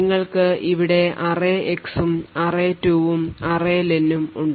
നിങ്ങൾക്ക് ഇവിടെ array x ഉം അറേ 2 ഉം array len നും ഉണ്ട്